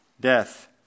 death